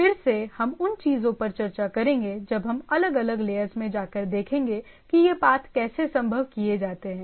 फिर से हम उन चीजों पर चर्चा करेंगे जब हम अलग अलग लेयर्स में जाकर देखेंगे कि ये पाथ कैसे संभव किए जाते हैं